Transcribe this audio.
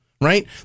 Right